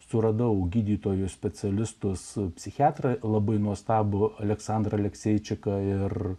suradau gydytojus specialistus psichiatrą labai nuostabų aleksandrą alekseičiką ir